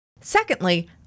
Secondly